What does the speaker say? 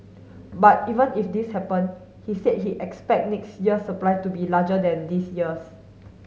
but even if this happen he said he expect next year's supply to be larger than this year's